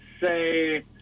say